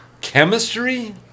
Chemistry